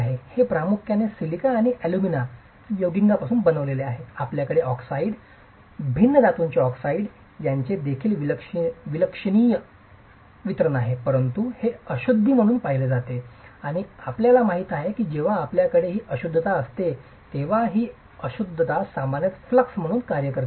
तर हे प्रामुख्याने सिलिका आणि एल्युमिना यौगिकांमधून बनविलेले आहे आपल्याकडे ऑक्साईड भिन्न धातूंचे ऑक्साईड्स यांचे देखील लक्षणीय वितरण आहे परंतु हे अशुद्धी म्हणून पाहिले जाते आणि आपल्याला माहिती आहे की जेव्हा आपल्याकडे ही अशुद्धता असते तेव्हा ही अशुद्धता सामान्यत फ्लक्स म्हणून कार्य करते